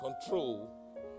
control